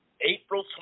April